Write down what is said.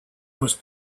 must